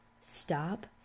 Stop